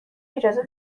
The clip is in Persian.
اجازه